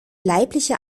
leibliche